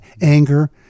Anger